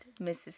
Mrs